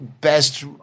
best